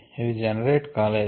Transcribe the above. ఇది జెనరేట్ కాలేదు